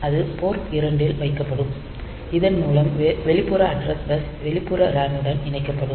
அது போர்ட் 2 இல் வைக்கப்படும் இதன் மூலம் வெளிப்புற அட்ரஸ் பஸ் வெளிப்புற RAM முடன் இணைக்கப்படும்